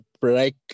break